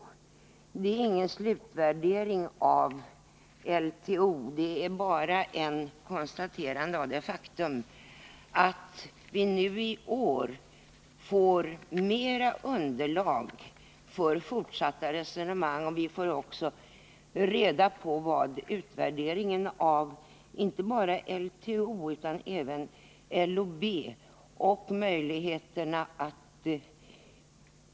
Betänkandet är ingen slutvärdering av LTO, men vi konstaterar att vi i år får mer underlag för fortsatta resonemang. Vi får också en utvärdering inte bara av LTO utan även av LBO.